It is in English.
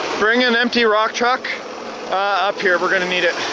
bring an empty rock truck up here, we're gonna need it.